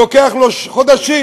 לוקח לו חודשים,